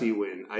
win